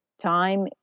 Time